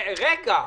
רגע.